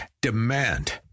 Demand